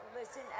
listen